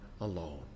alone